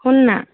শুন না